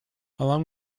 along